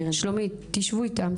שלומית, תשבו איתם.